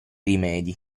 rimedi